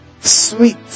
Sweet